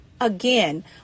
Again